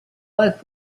anche